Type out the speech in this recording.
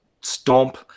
stomp